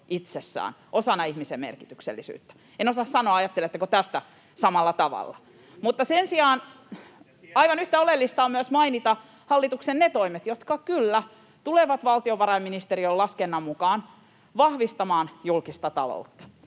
itsessään osana ihmisen merkityksellisyyttä. En osaa sanoa, ajatteletteko tästä samalla tavalla. [Perussuomalaisten ryhmästä: Kyllä!] Sen lisäksi aivan yhtä oleellista on myös mainita hallituksen ne toimet, jotka, kyllä, tulevat valtiovarainministeriön laskennan mukaan vahvistamaan julkista taloutta.